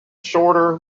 shorter